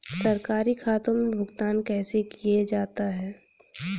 सरकारी खातों में भुगतान कैसे किया जाता है?